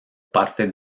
parte